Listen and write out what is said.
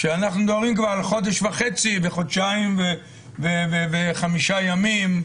כשאנחנו מדברים כבר על חודש וחצי וחודשיים ו-5 ימים,